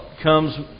comes